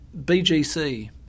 BGC